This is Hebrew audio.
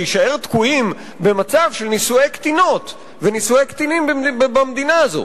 להישאר תקועים במצב של נישואי קטינות ונישואי קטינים במדינה הזאת.